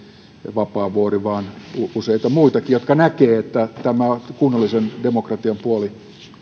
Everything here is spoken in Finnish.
vapaavuori vaan useita muitakin jotka näkevät että kunnallisen demokratian puoli